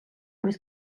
was